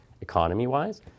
economy-wise